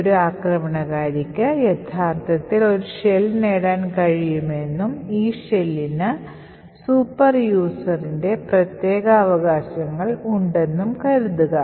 ഒരു ആക്രമണകാരിക്ക് യഥാർത്ഥത്തിൽ ഒരു ഷെൽ നേടാൻ കഴിയുമെന്നും ഈ ഷെല്ലിന് സൂപ്പർ യൂസർൻറെ പ്രത്യേക അവകാശങ്ങൾ ഉണ്ടെന്നും കരുതുക